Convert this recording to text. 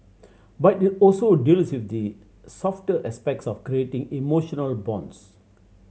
but it also deals with the softer aspects of creating emotional bonds